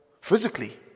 Physically